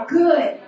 good